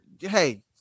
hey